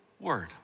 word